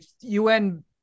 UN